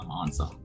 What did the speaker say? answer